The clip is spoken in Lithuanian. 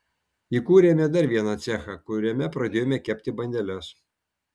įkūrėme dar vieną cechą kuriame pradėjome kepti bandeles